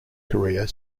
career